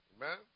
Amen